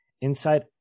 inside